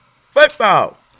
football